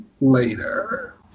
later